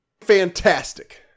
Fantastic